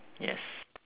yes